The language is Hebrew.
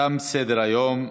תם סדר-היום.